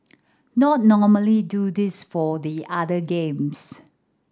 not normally do this for the other games